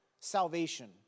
salvation